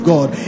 God